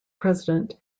president